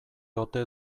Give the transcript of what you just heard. ote